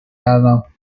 کردم